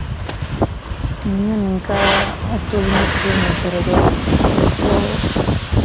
ᱱᱤᱭᱟᱹ ᱱᱤᱝᱠᱟ ᱩᱛᱛᱚᱨ ᱫᱤᱱᱟᱡᱽᱯᱩᱨ ᱢᱚᱫᱽᱫᱷᱮ ᱨᱮᱫᱚ ᱱᱤᱛᱚᱜ